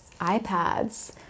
iPads